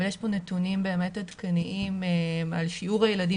אבל יש פה נתונים באמת עדכניים על שיעור הילדים